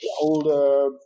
older